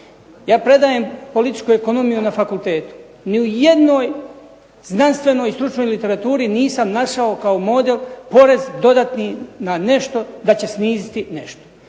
Ja predajem političku ekonomiju na fakultetu. Ni u jednoj znanstvenoj i stručnoj literaturi nisam našao kao model porez dodatni na nešto da će sniziti nešto.